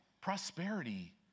Prosperity